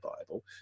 bible